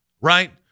Right